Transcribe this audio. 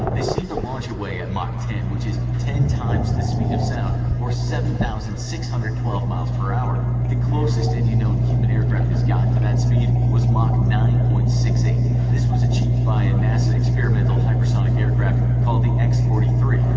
they seemed to launch away at mach ten, which is ten times the speed of sound, or seven thousand six hundred and twelve miles per hour. the closest any known human aircraft has gotten to that speed was mach nine point six eight. this was achieved by a nasa experimental hypersonic aircraft called the x forty three.